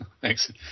Thanks